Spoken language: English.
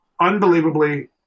unbelievably